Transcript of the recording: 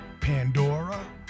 Pandora